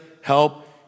help